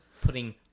putting